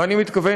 ואני מתכוון